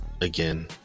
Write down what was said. again